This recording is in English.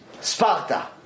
Sparta